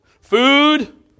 food